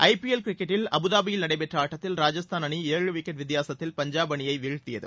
ஐ P L கிரிக்கெட்டில் அபுதாபியில் நடைபெற்ற ஆட்டத்தில் ராஜஸ்தான் அணி ஏழு விக்கெட் வித்தியாசத்தில் பஞ்சாப் அணியை வீழ்த்தியது